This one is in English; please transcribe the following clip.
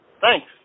Thanks